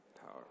power